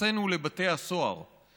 לא רשמו אותנו העוזרים?